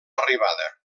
arribada